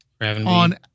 on